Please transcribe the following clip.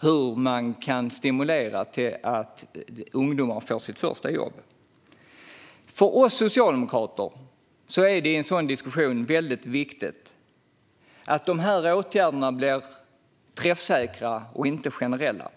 ser man nu på hur stimulanser kan se ut så att ungdomar får sitt första jobb. För oss socialdemokrater är det i en sådan diskussion viktigt att åtgärderna blir träffsäkra och inte generella.